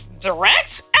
direct